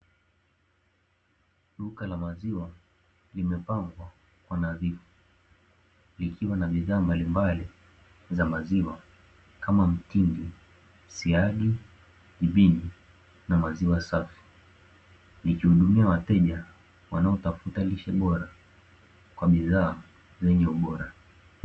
Duka la maziwa limepangwa kwa nadhifu, likiwa na bidhaa mbalimbali za maziwa kama mtindi, siagi, jibini na maziwa safi. Likihudumia wateja wanaotafuta lishe bora kwa bidhaa zenye ubora.